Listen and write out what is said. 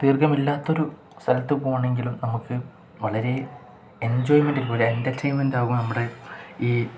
ദീർഘമില്ലാത്തൊരു സ്ഥലത്ത് പോവാണെങ്കിലും നമുക്ക് വളരെ എൻജോയ്മെന്റ് എന്റര്ടെയ്ൻമെന്റാകും നമ്മുടെ ഈ